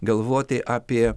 galvoti apie